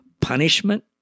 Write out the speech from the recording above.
punishment